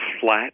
flat